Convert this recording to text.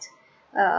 uh